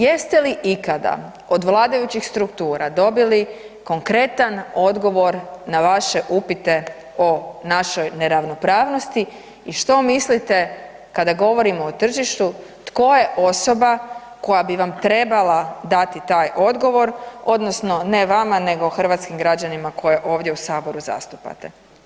Jeste li ikada od vladajućih struktura dobili konkretan odgovor na vaše upite o našoj neravnopravnosti i što mislite kada govorimo o tržištu tko je osoba koja bi vam trebala dati taj odgovor odnosno ne vama nego hrvatskim građanima koje ovdje u saboru zastupate?